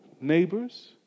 Neighbors